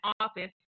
office